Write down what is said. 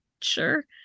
sure